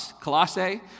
Colossae